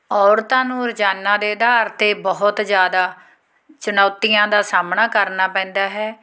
ਔਰਤਾਂ ਨੂੰ ਰੋਜ਼ਾਨਾ ਦੇ ਆਧਾਰ 'ਤੇ ਬਹੁਤ ਜ਼ਿਆਦਾ ਚੁਣੌਤੀਆਂ ਦਾ ਸਾਹਮਣਾ ਕਰਨਾ ਪੈਂਦਾ ਹੈ